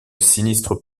sinistre